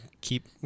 keep